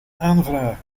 aanvragen